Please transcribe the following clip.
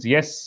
Yes